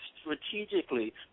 strategically